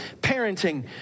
parenting